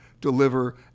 deliver